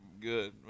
good